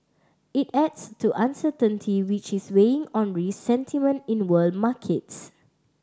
it adds to uncertainty which is weighing on risk sentiment in world markets